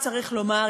צריך לומר,